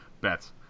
bets